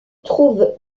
trouve